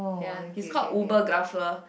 ya he's called Ubergrapher